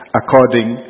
according